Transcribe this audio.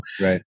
Right